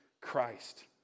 Christ